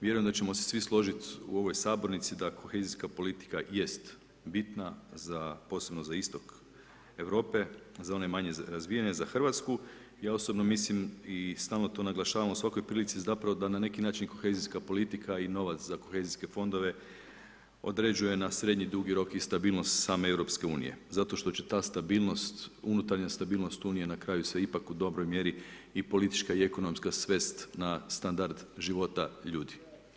Vjerujem da ćemo se svi složiti u ovoj sabornici da Koehzijska politika jest bitna, za posebno za istok Europe, za one manje razvijene za Hrvatsku ja osobno mislim i stalno to naglašavam u svakoj prilici zapravo da na neki Kohezijska politika i novac za Koehzijske fondove određuje na srednji dugi rok i stabilnost same Europske unije, zato što će ta stabilnost, unutarnja stabilnost unije na kraju se ipak u dobroj mjeri i politička i ekonomska svest na standard života ljudi.